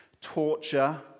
torture